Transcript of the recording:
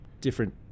different